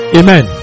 amen